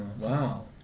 Wow